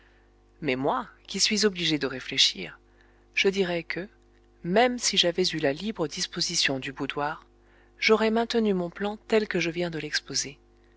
mais moi qui suis obligé de réfléchir je dirai que même si j'avais eu la libre disposition du boudoir j'aurais maintenu mon plan tel que je viens de l'exposer